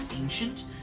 ancient